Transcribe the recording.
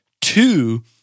Two